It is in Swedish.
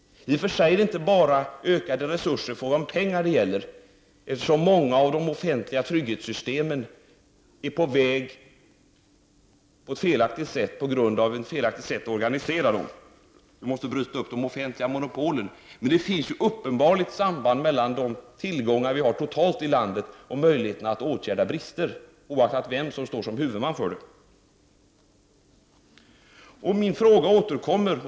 I och för sig gäller det inte bara ökade resurser i form av pengar, eftersom många av de offentliga trygghetssystemen är på väg åt fel håll på grund av att de är felaktigt organiserade. Man måste bryta upp de offentliga monopolen. Sambandet mellan de totala tillgångarna i landet och möjligheten att åtgärda brister är uppenbart, oaktat vem som står som huvudman.